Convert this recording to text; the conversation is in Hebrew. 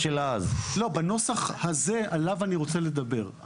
לא, בנוסח הזה, עליו אני רוצה לדבר.